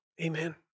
Amen